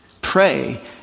Pray